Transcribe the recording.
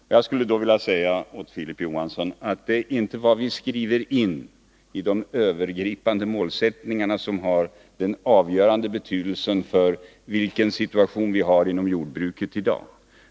På det skulle jag då vilja svara att det inte är de övergripande målsättningar som vi skriver in som har avgörande betydelse för vilken situation inom jordbruket som råder i dag.